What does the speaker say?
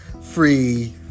Free